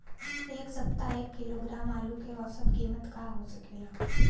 एह सप्ताह एक किलोग्राम आलू क औसत कीमत का हो सकेला?